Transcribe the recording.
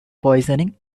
poisoning